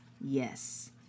Yes